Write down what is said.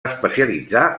especialitzar